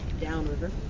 Downriver